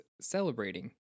celebrating